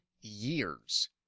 years